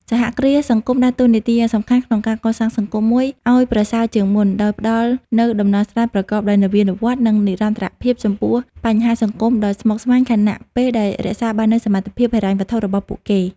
សហគ្រាសសង្គមដើរតួនាទីយ៉ាងសំខាន់ក្នុងការកសាងសង្គមមួយឲ្យប្រសើរជាងមុន ដោយផ្តល់នូវដំណោះស្រាយប្រកបដោយនវានុវត្តន៍ និងនិរន្តរភាពចំពោះបញ្ហាសង្គមដ៏ស្មុគស្មាញ ខណៈពេលដែលរក្សាបាននូវសមត្ថភាពហិរញ្ញវត្ថុរបស់ពួកគេ។